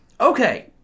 Okay